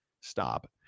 Stop